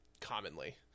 commonly